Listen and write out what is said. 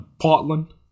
Portland